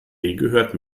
gehört